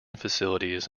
facilities